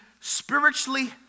spiritually